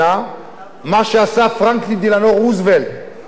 מה שעשה פרנקלין דלאנו רוזוולט כאשר שינה את